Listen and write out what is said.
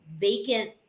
vacant